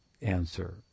answer